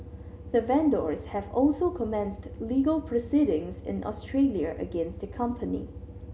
the vendors have also commenced legal proceedings in Australia against the company